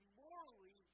morally